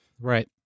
Right